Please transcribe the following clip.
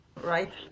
right